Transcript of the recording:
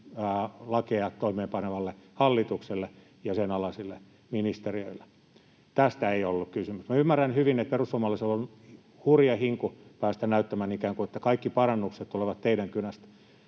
lakeja toimeenpanevalle hallitukselle ja sen alaisille ministeriöille. Tästä ei ollut kysymys. Minä ymmärrän hyvin, että perussuomalaisilla on hurja hinku päästä näyttämään ikään kuin, että kaikki parannukset tulevat teidän kynästä.